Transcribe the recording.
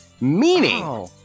meaning